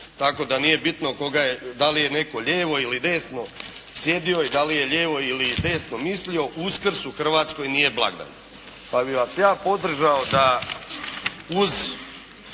Tako da nije bitno da li je netko lijevo ili desno sjedio i da li je lijevo ili desno mislio, Uskrs u Hrvatskoj nije blagdan. Pa bi vas ja podržao da uz